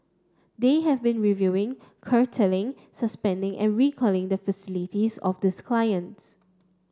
they have been reviewing curtailing suspending and recalling the facilities of these clients